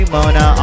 Mona